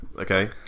Okay